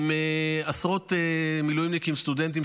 עם עשרות מילואימניקים סטודנטים,